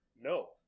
no